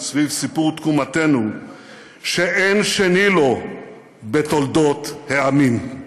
סביב סיפור תקומתנו שאין שני לו בתולדות העמים.